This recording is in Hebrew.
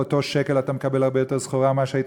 על אותו שקל אתה מקבל הרבה יותר סחורה ממה שהיית